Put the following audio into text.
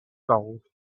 gold